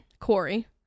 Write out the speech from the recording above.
Corey